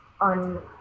on